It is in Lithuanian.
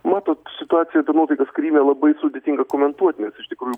matot situacija nuotaikas kryme labai sudėtinga komentuot nes iš tikrųjų